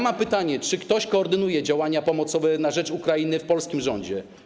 Mam pytanie: Czy ktoś koordynuje działania pomocowe na rzecz Ukrainy w polskim rządzie?